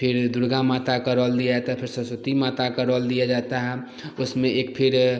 फिर दुर्गा माता का रोल दिया जाता है फिर सरस्वती माता का रोल दिया जाता है उसमें एक फिर